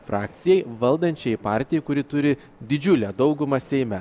frakcijai valdančiajai partijai kuri turi didžiulę daugumą seime